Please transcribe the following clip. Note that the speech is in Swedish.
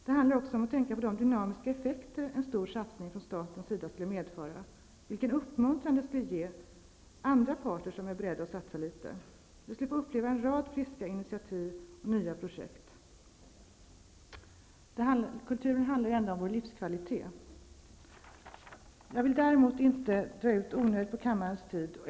Det handlar också om de dynamiska effekter som en stor satsning från statens sida skulle medföra och vilken uppmuntran det skulle ge andra parter som är beredda att satsa litet. Vi skulle få uppleva en rad friska initiativ och nya projekt. Kulturen handlar ju ändå om vår livskvalitet. Jag vill inte dra ut onödigt på debatten och slösa med kammarens tid.